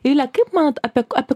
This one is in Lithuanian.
eivile kaip manot apie apie